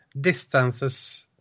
distances